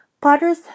Potter's